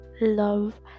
love